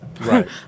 Right